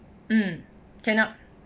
mm cannot